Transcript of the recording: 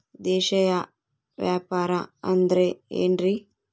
ದೇಶೇಯ ವ್ಯಾಪಾರ ಅಂದ್ರೆ ಏನ್ರಿ?